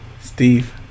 Steve